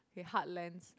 in heartlands